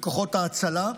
לכוחות ההצלה,